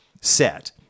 set